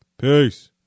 peace